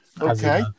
Okay